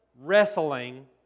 wrestling